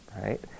right